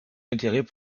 intérêt